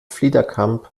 fliederkamp